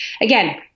Again